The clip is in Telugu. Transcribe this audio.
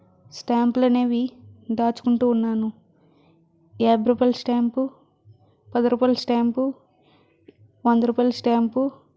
స్టాంపులు అనేవి దాచుకుంటూ ఉన్నాను యాభై రూపాయల స్టాంపు పది రూపాయల స్టాంపు వంద రూపాయలు స్టాంపు